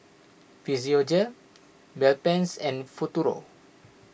Physiogel Bedpans and Futuro